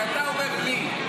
כשאתה אומר לי,